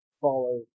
follow